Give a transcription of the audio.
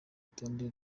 rutonde